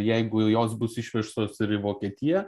jeigu jos bus išvežtos ir į vokietiją